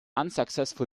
unsuccessful